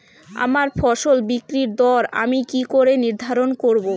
আমার ফসল বিক্রির দর আমি কি করে নির্ধারন করব?